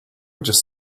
just